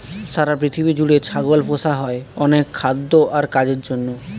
সারা পৃথিবী জুড়ে ছাগল পোষা হয় অনেক খাদ্য আর কাজের জন্য